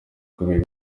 kubera